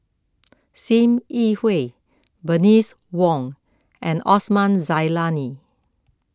Sim Yi Hui Bernice Wong and Osman Zailani